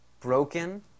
Broken